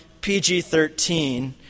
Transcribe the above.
PG-13